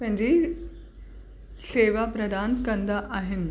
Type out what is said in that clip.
पंहिंजी शेवा प्रदान कंदा आहिनि